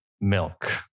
milk